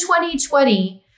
2020